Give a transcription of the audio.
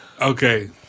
Okay